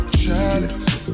chalice